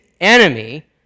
enemy